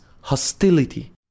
hostility